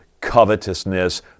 covetousness